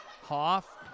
Hoff